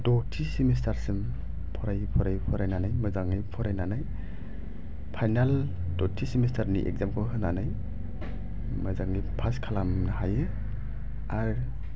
द'थि semester सिम फरायै फरायै फरायनानै मोजाङै फरायनानै फायनाल द'थि सेमिस्टार नि एग्जाम खौ होनानै मोजाङै पास खालामनो हायो आरो